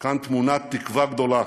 תקווה גדולה